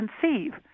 conceive